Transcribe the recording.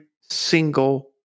single